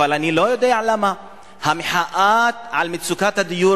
אבל אני לא יודע למה המחאה על מצוקת הדיור